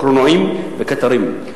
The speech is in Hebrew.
קרונועים וקטרים.